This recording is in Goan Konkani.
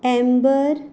एम्बर